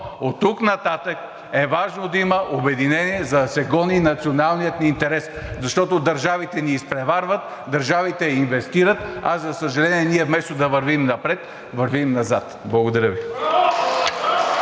оттук нататък е важно да има обединение, за да се гони националният ни интерес. Защото държавите ни изпреварват, държавите инвестират, а за съжаление, ние, вместо да вървим напред, вървим назад. Благодаря Ви.